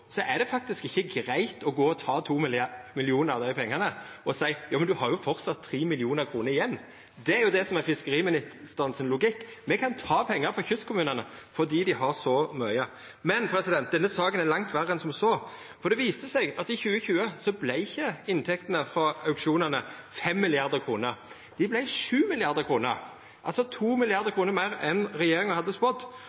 så seia at ein har jo framleis 3 mill. kr igjen. Det er det som er fiskeriministeren sin logikk, at me kan ta pengar frå kystkommunane fordi dei har så mykje. Men denne saka er langt verre enn som så, for det viser seg at i 2020 vart ikkje inntektene frå auksjonane 5 mrd. kr, dei vart 7 mrd. kr, altså